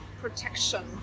protection